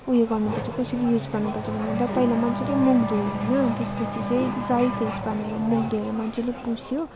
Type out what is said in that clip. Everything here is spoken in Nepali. उयो गर्नु पर्छ कसरी युज गर्नु पर्छ भन्ने भन्दा पहिला मजाले मुख धोयो होइन अनि त्यस पछि चाहिँ ड्राई फेस बनायो मुख धोएर मजाले पुछ्यो